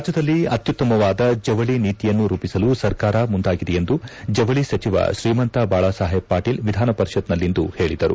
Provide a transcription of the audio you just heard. ರಾಜ್ಯದಲ್ಲಿ ಅತ್ಯುತ್ತಮವಾದ ಜವಳಿ ನೀತಿಯನ್ನು ರೂಪಿಸಲು ಸರ್ಕಾರ ಮುಂದಾಗಿದೆ ಎಂದು ಜವಳಿ ಸಚಿವ ಶ್ರೀಮಂತ ಬಾಳ ಸಾಹೇಬ ವಾಟೀಲ್ ವಿಧಾನ ಪರಿಷತ್ನಲ್ಲಿಂದು ಹೇಳಿದರು